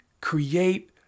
create